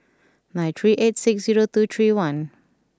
nine three eight six zero two three one